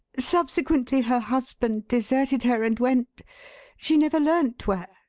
subsequently, her husband deserted her and went she never learnt where,